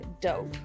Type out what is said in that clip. dope